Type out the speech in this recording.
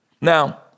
Now